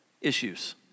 issues